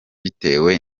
bitewe